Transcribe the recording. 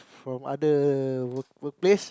from other work work place